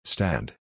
Stand